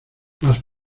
más